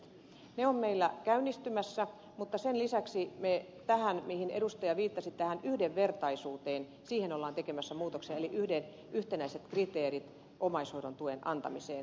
ne ovat meillä käynnistymässä mutta sen lisäksi tähän yhdenvertaisuuteen mihin edustaja viittasi ollaan tekemässä muutoksia eli yhtenäiset kriteerit omaishoidon tuen antamiseen